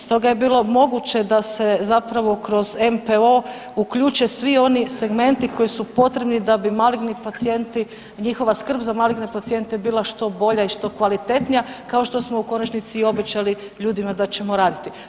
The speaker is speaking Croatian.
Stoga je bilo moguće da se zapravo kroz NPOO uključe svi oni segmenti koji su potrebni da bi maligni pacijenti i njihova skrb za maligne pacijente bila što bolja i što kvalitetnija kao što smo u konačnici, obećali ljudima da ćemo raditi.